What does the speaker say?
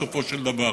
בסופו של דבר.